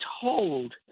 told